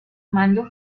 mando